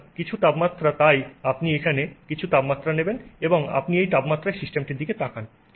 সুতরাং কিছু তাপমাত্রা তাই আপনি এখানে কিছু তাপমাত্রা নেবেন এবং আপনি এই তাপমাত্রায় সিস্টেমটির দিকে তাকান